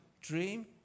dream